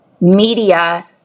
media